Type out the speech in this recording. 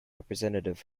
representative